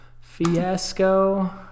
fiasco